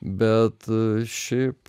bet šiaip